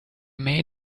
made